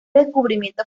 descubrimiento